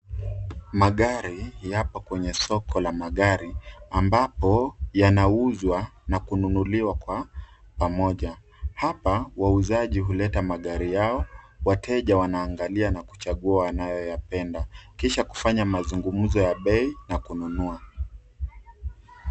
Magari yapo kwenye soko ya magari ambapo yanauzwa na kununuliwa kwa pamoja. Hapa, wauzaji huleta magari yao wateja wanaangalia na kuchagua wanayoyapenda. Kisha, kufanya mazungumzo ya bei na kununua.